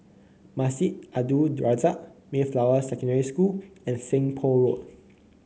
Masjid Al Abdul Razak Mayflower Secondary School and Seng Poh Road